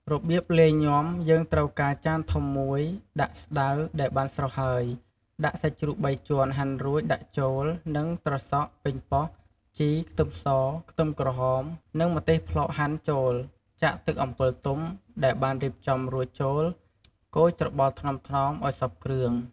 របៀបលាយញាំយើងត្រូវកាត់ចានធំមួយ ដាក់ ស្តៅ ដែលបានស្រុះហើយ ដាក់សាច់ជ្រូកបីជាន់ហាន់រួចដាក់ចូល និង ត្រសក់ ប៉េងបោះ ជី ខ្ទឺមស ខ្ទឺមក្រហមនិង ម្ទេសផ្លោកហាន់ចូលចាក់ ទឹកអំពិលទុំ ដែលបានរៀបចំរួចចូល កូរច្របល់ថ្នមៗឲ្យសព្វគ្រឿង។